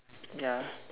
ya